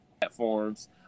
platforms